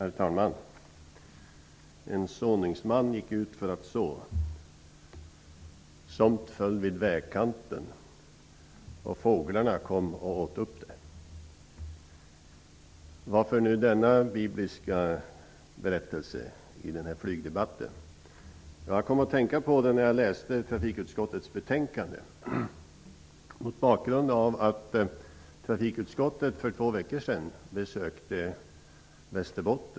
Herr talman! En såningsman gick ut för att så. Somt föll vid vägbanan och fåglarna kom och åt upp det. Varför nu denna bibliska berättelse i den här flygdebatten? Jag kom att tänka på den när jag läste trafikutskottets betänkande, mot bakgrund av att trafikutskottet för två veckor sedan besökte Västerbotten.